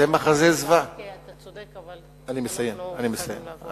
חבר הכנסת ברכה, אתה צודק, אבל אנחנו חייבים לעבור